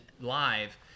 live